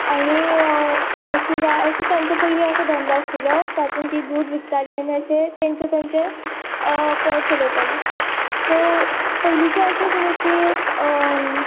आनी म्हशी गाय असो पयलीं तांचो धंदो तातूंंत ती दुध विकताली आनी अशें तेंचे तेंचें पोट चलयताली सो पयलींचें अशेंच न्ही की